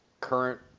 current